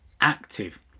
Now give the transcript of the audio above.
active